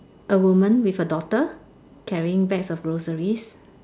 a woman with a daughter carrying bags of groceries